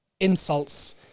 insults